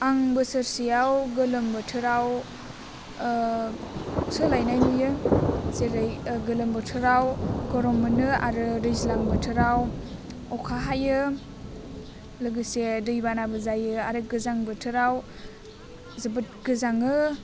आं बोसोरसेआव गोलोम बोथोराव सोलायनाय नुयो जेरै गोलोम बोथोराव गरम मोनो आरो दैज्लां बोथोराव अखा हायो लोगोसे दैबानाबो जायो आरो गोजां बोथोराव जोबोद गोजाङो